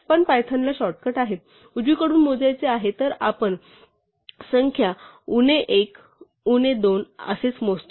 पण पायथन ला शॉर्टकट आहे उजवीकडून मोजायचे आहे तर आपण संख्या उणे 1 उणे 2 आणि असेच मोजतो